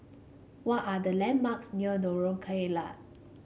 what are the landmarks near Lorong Kilat